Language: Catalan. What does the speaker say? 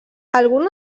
alguna